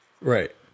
Right